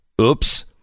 Oops